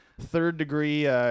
Third-degree